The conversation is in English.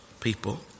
people